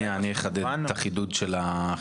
שנייה, אני אחדד את החידוד של החידוד.